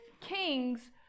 kings